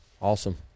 Awesome